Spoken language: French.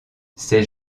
ces